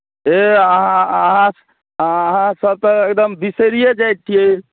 हे अहाँ अहाँ अहाँसभ तऽ एकदम बिसरिए जाइत छियै